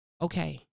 Okay